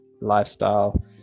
lifestyle